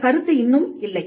அந்த கருத்து இன்னும் இல்லை